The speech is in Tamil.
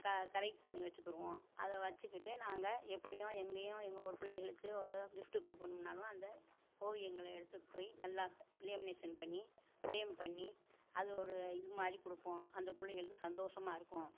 க கலெக்ட் பண்ணி வச்சிக்கிடுவோம் அதை வச்சிக்கிட்டு நாங்கள் எப்போயும் எங்கேயும் எங்கே ஒரு பிள்ளைகளுக்கு ஒரு கிஃப்ட் கொடுக்கணும்னாலும் அந்த ஓவியங்களை எடுத்துட்டுப்போய் நல்லா லேமினேஷன் பண்ணி ஃப்ரேம் பண்ணி அத ஒரு இதுமாதிரி கொடுப்போம் அந்த பிள்ளைகளுக்கு சந்தோஷமாக இருக்கும்